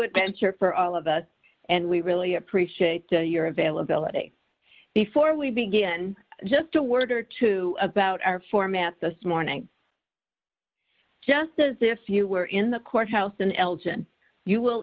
adventure for all of us and we really appreciate your availability before we begin just a word or two about our format this morning just as if you were in the courthouse in elgin you will